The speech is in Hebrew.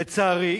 לצערי,